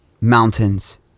Mountains